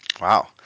Wow